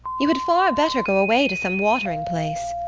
you had far better go away to some watering-place.